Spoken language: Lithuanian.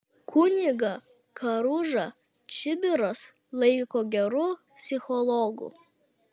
kunigą karužą čibiras laiko geru psichologu